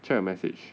check your message